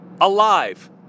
alive